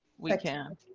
we can